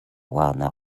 warner